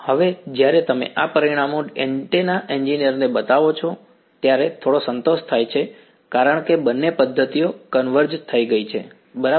હવે જ્યારે તમે આ પરિણામો એન્ટેના એન્જીનિયરને બતાવો છો ત્યારે થોડો સંતોષ થાય છે કારણ કે બંને પદ્ધતિઓ કન્વર્જ થઈ ગઈ છે બરાબર